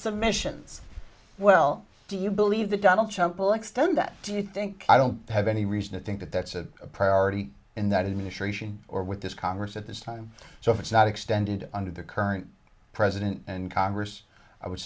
submissions well do you believe that donald trump will extend that do you think i don't have any reason to think that that's a priority in that administration or with this congress at this time so if it's not extended under the current president and congress i would